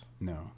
No